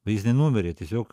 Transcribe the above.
o jis nenumirė tiesiog